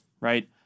right